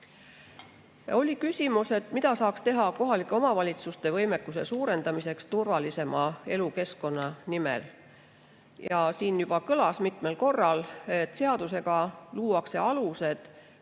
Oli küsimus, mida saaks teha kohalike omavalitsuste võimekuse suurendamiseks turvalisema elukeskkonna nimel. Siin juba kõlas mitmel korral, et seadusega luuakse alused